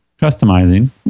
Customizing